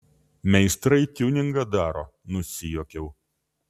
meistrai tiuningą daro nusijuokiau